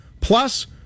Plus